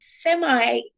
Semi